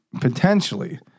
potentially